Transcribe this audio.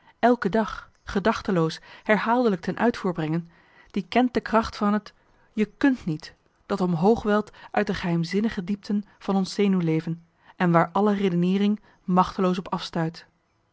elke dag gedachteloos herhaaldelijk ten uitvoer brengen die kent de kracht van het je kunt niet dat omhoog welt uit de geheimzinnige diepten van ons zenuwleven en waar alle redeneering machteloos op afstuit